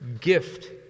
gift